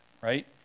right